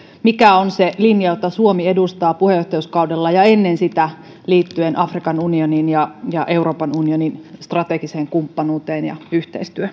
mikä on se linja jota suomi edustaa puheenjohtajuuskaudella ja ennen sitä liittyen afrikan unioniin ja ja euroopan unionin strategiseen kumppanuuteen ja